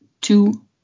two